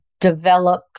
develop